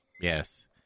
Yes